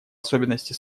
особенности